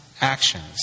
actions